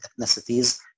ethnicities